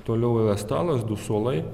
toliau yra stalas du suolai